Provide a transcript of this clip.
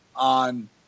on